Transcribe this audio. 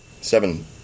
seven